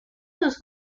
sus